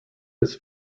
his